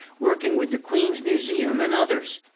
working with the queens museum and others.